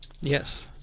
yes